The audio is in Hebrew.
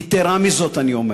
יתרה מזאת אני אומר,